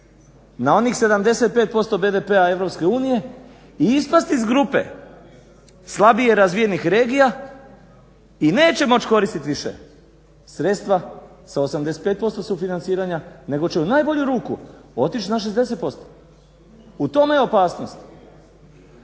na onih 75% BDP EU i ispasti iz grupe slabije razvijenih regija i neće moći koristiti više sa 85% sufinanciranja nego će u najbolju ruku otići na 60% u tome je opasnost.